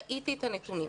ראיתי את הנתונים,